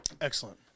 Excellent